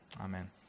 Amen